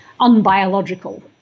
unbiological